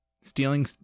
stealing